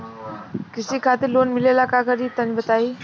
कृषि खातिर लोन मिले ला का करि तनि बताई?